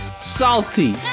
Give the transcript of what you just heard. Salty